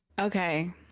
Okay